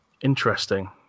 interesting